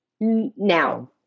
now